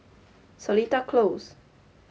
Seletar Close